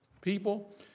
people